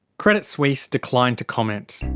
credit suisse declined to comment.